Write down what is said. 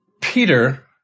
Peter